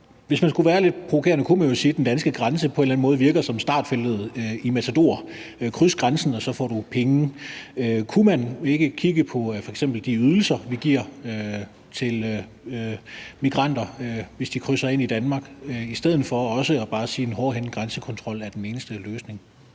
Hvis man skulle være lidt provokerende, kunne man jo sige, at den danske grænse på en eller anden måde virker som startfeltet i Matador: Kryds grænsen, og så får du penge. Kunne man f.eks. ikke kigge på de ydelser, vi giver til migranter, hvis de krydser ind i Danmark, i stedet for bare at sige, at en hårdhændet grænsekontrol er den eneste løsning?